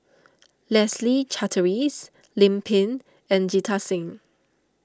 Leslie Charteris Lim Pin and Jita Singh